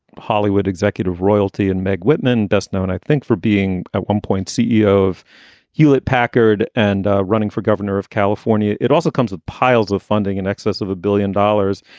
hollywood executive royalty and meg whitman, best known, i think for being a one point ceo of hewlett packard and running for governor of california. it also comes with piles of funding in excess of a billion dollars.